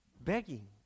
Begging